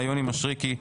יוני משריקי,